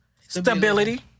stability